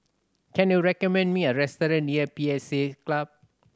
can you recommend me a restaurant near P S A Club